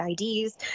IDs